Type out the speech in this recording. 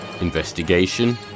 Investigation